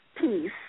peace